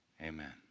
Amen